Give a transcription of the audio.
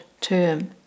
term